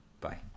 bye